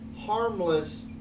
harmless